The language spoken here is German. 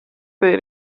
für